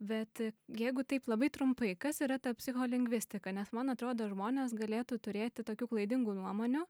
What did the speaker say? bet jeigu taip labai trumpai kas yra ta psicholingvistika nes man atrodo žmonės galėtų turėti tokių klaidingų nuomonių